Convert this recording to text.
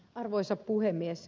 arvoisa puhemies